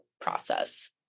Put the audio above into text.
process